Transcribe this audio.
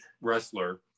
wrestler